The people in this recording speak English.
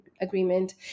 Agreement